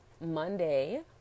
Monday